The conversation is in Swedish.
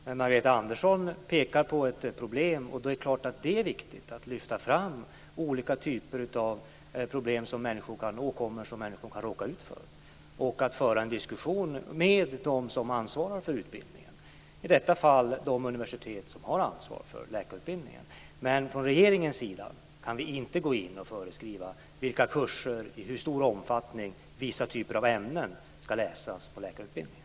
Men Margareta Andersson pekar på ett problem, och det är klart att det är viktigt att lyfta fram olika typer av problem och åkommor som människor kan råka ut för och att föra en diskussion med dem som ansvarar för utbildningen - i detta fall de universitet som har ansvar för läkarutbildningen. Från regeringens sida kan vi inte gå in och föreskriva vilka kurser som och i hur stor omfattning vissa typer av ämnen ska läsas på läkarutbildningen.